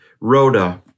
Rhoda